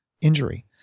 injury